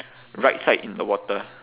right side in the water